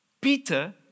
Peter